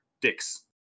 dicks